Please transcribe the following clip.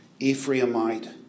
Ephraimite